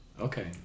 Okay